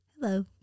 Hello